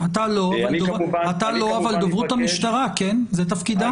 אתה לא, אבל דוברות המשטרה כן, זה תפקידה.